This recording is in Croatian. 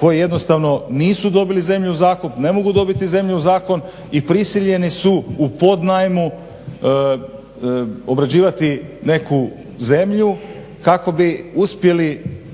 koji jednostavno nisu dobili zemlju u zakup, ne mogu dobiti zemlju u zakup i prisiljeni su u podnajmu obrađivati neku zemlju kako bi uspjeli